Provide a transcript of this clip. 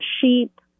sheep